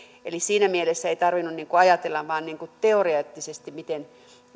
eli siinä mielessä ei tarvinnut ajatella vain teoreettisesti miten